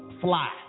fly